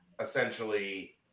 essentially